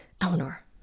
Eleanor